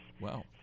Wow